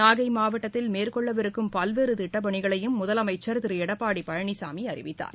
நாகைமாவட்டத்தில் மேற்கொள்ளவிருக்கும் பல்வேறுதிட்டப்பணிகளையும் முதலமைச்சர் திருளடப்பாடிபழனிசாமிஅறிவித்தார்